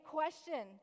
question